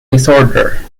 disorder